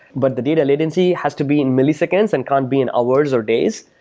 but the data latency has to be in milliseconds and cant' be in hours or days.